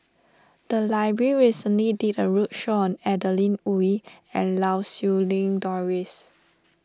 the library recently did a roadshow on Adeline Ooi and Lau Siew Lang Doris